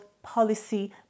policy